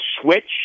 switch